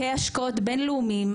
וזה יגרום להפחתת ההשקעות במדינת ישראל,